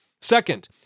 Second